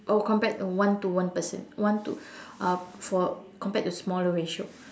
oh compared one to one person one to uh for compared to smaller ratio